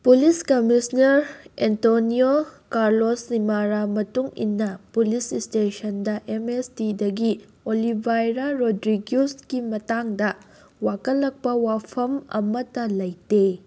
police commissioner Antonio Carlos Chimara ꯃꯇꯨꯡꯏꯟꯅ police ꯏꯁꯇꯦꯁꯟꯗ M S ꯇꯤꯗꯒꯤ ꯑꯣꯂꯤꯚꯥꯏꯔꯥ ꯔꯣꯗ꯭ꯔꯤꯒ꯭ꯌꯨꯁꯀꯤ ꯃꯇꯥꯡꯗ ꯋꯥꯀꯠꯂꯛꯄ ꯋꯥꯐꯝ ꯑꯃꯠꯇ ꯂꯩꯇꯦ